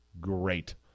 Great